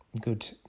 good